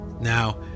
Now